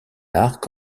arc